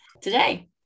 today